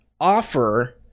offer